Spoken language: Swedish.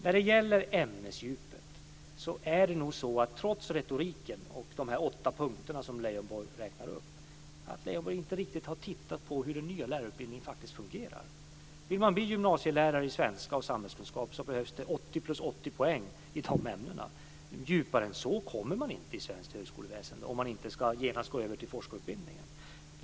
När det gäller ämnesdjupet - trots retoriken och de åtta punkter Leijonborg räknade upp - har Leijonborg inte tittat på hur den nya lärarutbildningen faktiskt fungerar. Vill man bli gymnasielärare i svenska och samhällskunskap behövs det 80 plus 80 poäng i de ämnena. Djupare än så kommer man inte i svenskt högskoleväsende om man inte genast ska gå över till forskarutbildningen.